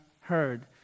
heard